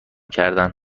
کردن